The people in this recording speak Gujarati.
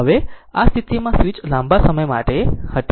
હવે આ સ્થિતિમાં સ્વીચ લાંબા સમય માટે હતી